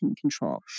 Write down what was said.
control